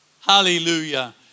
Hallelujah